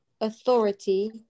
authority